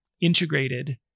integrated